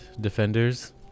defenders